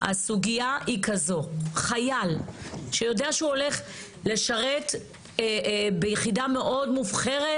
הסוגייה היא כזו: חייל שיודע שהוא הולך לשרת ביחידה מאוד מובחרת